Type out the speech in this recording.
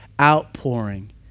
outpouring